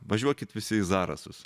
važiuokit visi į zarasus